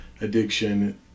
addiction